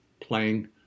playing